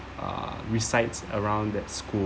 uh resides around that school